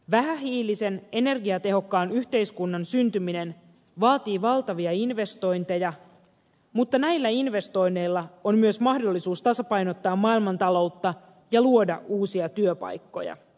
vähähiilisen energiatehokkaan yhteiskunnan syntyminen vaatii valtavia investointeja mutta näillä investoinneilla on myös mahdollisuus tasapainottaa maailmantaloutta ja luoda uusia työpaikkoja